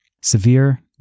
severe